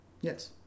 Yes